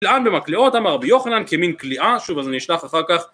קלען במקלעות אמר ביוחנן כמין קליעה שוב אז אני אשלח אחר כך